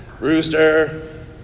rooster